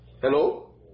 Hello